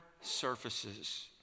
surfaces